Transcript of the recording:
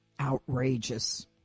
outrageous